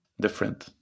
different